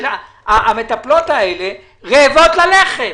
המטפלות האלה רעבות ללחם.